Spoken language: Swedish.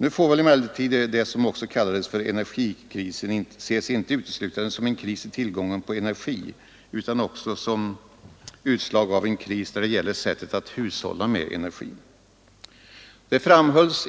Nu får väl emellertid det som också kallades för energikrisen inte ses uteslutande som en kris i fråga om tillgången på energi utan även som utslag av en kris när det gäller sättet att hushålla med energin.